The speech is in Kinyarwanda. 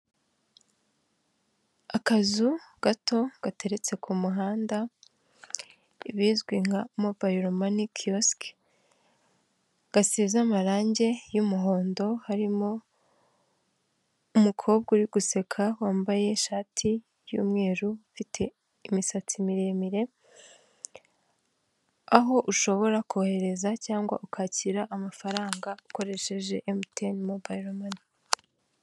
Akazu gato gateretse ku muhanda, ibizwi nka mobayilo mani kiyosiki gasize amarange y'umuhondo, harimo umukobwa uri guseka wambaye ishati y'umweru ufite imisatsi miremire, aho ushobora kohereza cyangwa ukakira amafaranga ukoresheje MTN mobayilo mani.